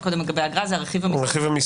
קודם לגבי האגרה זה הרכיב המיסויי.